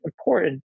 important